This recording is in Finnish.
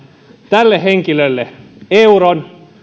tälle henkilölle euron